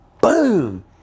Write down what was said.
boom